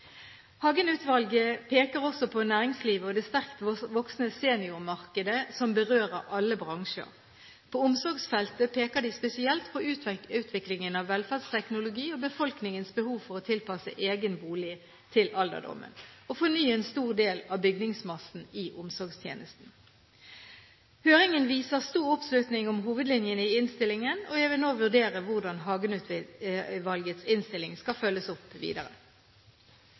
Hagen-utvalget peker også på næringslivet og det sterkt voksende seniormarkedet, som berører alle bransjer. På omsorgsfeltet peker de spesielt på utviklingen av velferdsteknologi og befolkningens behov for å tilpasse egen bolig til alderdommen og fornye en stor del av bygningsmassen i omsorgstjenesten. Høringen viser stor oppslutning om hovedlinjene i innstillingen, og jeg vil nå vurdere hvordan Hagen-utvalgets innstilling skal følges opp videre.